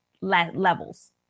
levels